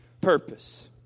purpose